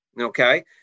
Okay